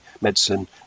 medicine